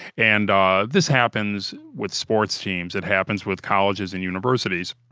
and, this happens with sports teams. it happens with colleges and universities.